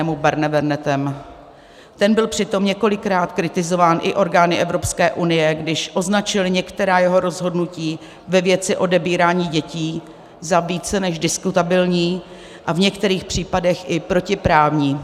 Ten byl přitom několikrát kritizován i orgány Evropské unie, když označil některá jeho rozhodnutí ve věci odebírání dětí za více než diskutabilní a v některých případech i protiprávní.